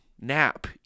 nap